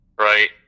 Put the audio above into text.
right